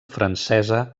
francesa